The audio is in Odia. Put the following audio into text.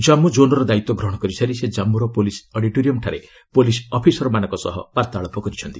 ଜାମ୍ମୁ ଜୋନ୍ର ଦାୟିତ୍ୱ ଗ୍ରହଣ କରିସାରି ସେ କାମ୍ମୁର ପୁଲିସ ଅଡିଟୋରିୟମଠାରେ ପୁଲିସ ଅଫିସରମାନଙ୍କ ସହ ବାର୍ତ୍ତାଳାପ କରିଛନ୍ତି